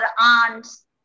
aunts